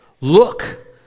Look